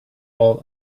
all